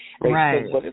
Right